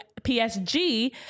PSG